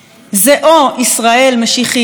זה או ישראל משיחית,